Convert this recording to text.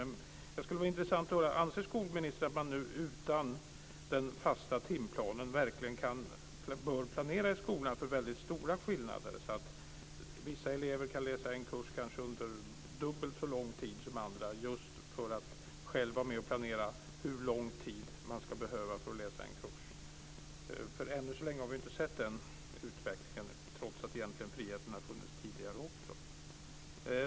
Men det vore intressant att få veta: Anser skolministern att man nu utan den fasta timplanen bör planera i skolan för väldigt stora skillnader så att vissa elever kan läsa en kurs under dubbelt så lång tid som andra just för att själva vara med och planera hur lång tid de ska behöva för att läsa en kurs? Än så länge har vi inte sett den utvecklingen, trots att denna frihet också har funnits tidigare.